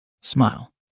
Smile